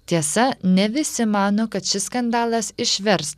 tiesa ne visi mano kad šis skandalas išvers